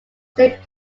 state